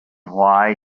why